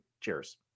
Cheers